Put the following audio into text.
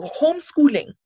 homeschooling